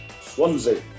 Swansea